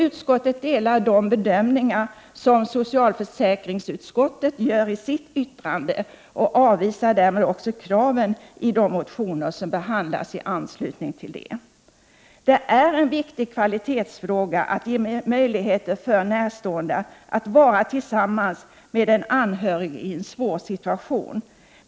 Utskottet delar de bedömningar som socialförsäkringsutskottet gör i sitt yttrande och avvisar därmed också kraven i de motioner som behandlats i anslutning härtill. Det är en viktig kvalitetsfråga att ge möjlighet för närstående att vara tillsammans med en anhörig i en svår situation.